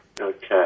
Okay